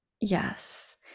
yes